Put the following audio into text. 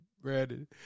Brandon